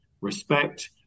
respect